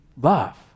Love